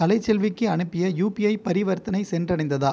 கலைச்செல்விக்கு அனுப்பிய யூபிஐ பரிவர்த்தனை சென்றடைந்ததா